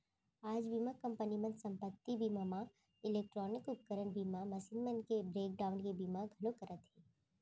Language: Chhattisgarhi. आज बीमा कंपनी मन संपत्ति बीमा म इलेक्टानिक उपकरन बीमा, मसीन मन के ब्रेक डाउन के बीमा घलौ करत हें